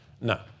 no